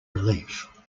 relief